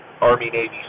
Army-Navy